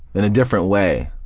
in a different way,